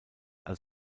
als